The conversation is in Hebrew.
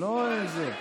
כמו אדמו"ר,